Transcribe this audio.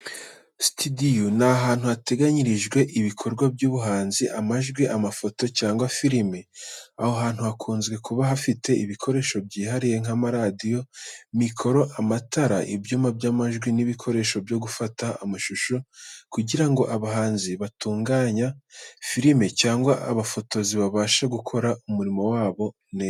Situdiyo ni ahantu hateganyirijwe ibikorwa by’ubuhanzi, amajwi, amafoto cyangwa filime. Aho hantu hakunze kuba hafite ibikoresho byihariye nk’amaradiyo, mikoro, amatara, ibyuma by’amajwi n’ibikoresho byo gufata amashusho, kugira ngo abahanzi, abatunganya filime cyangwa abafotozi babashe gukora umurimo wabo neza.